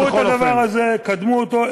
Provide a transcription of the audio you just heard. קחו את הדבר הזה, קדמו אותו.